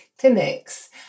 clinics